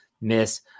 miss